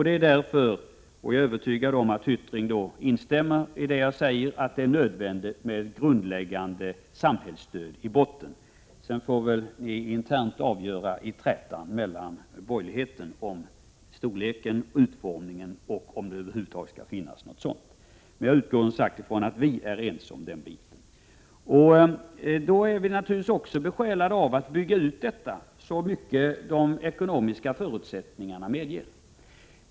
Det är därför som jag, vilket jag är övertygad om att Jan Hyttring instämmer i, anser att det är nödvändigt med grundläggande samhällsstöd i botten. De borgerliga partierna får internt i sin träta avgöra hur de vill ha det med storleken och utformningen och om det över huvud taget skall finnas ett sådant stöd. Men jag utgår från att Jan Hyttring och jag är ense om detta. Då är man naturligtvis även besjälad av att bygga ut detta så mycket som de ekonomiska förutsättningarna medger.